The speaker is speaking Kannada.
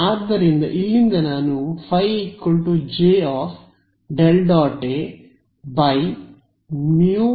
ಆದ್ದರಿಂದ ಇಲ್ಲಿಂದ ನಾನು φ j ∇